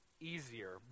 easier